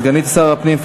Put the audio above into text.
סגנית שר הפנים,